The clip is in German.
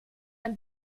ein